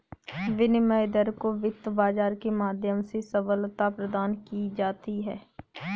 विनिमय दर को वित्त बाजार के माध्यम से सबलता प्रदान की जाती है